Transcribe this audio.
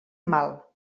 mal